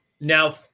Now